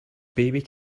baby